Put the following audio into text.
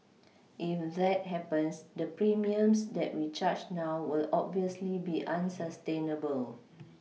if that happens the premiums that we charge now will obviously be unsustainable